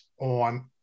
on